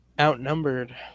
Outnumbered